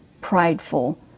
prideful